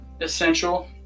essential